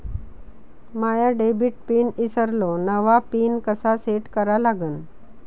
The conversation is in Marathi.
माया डेबिट पिन ईसरलो, नवा पिन कसा सेट करा लागन?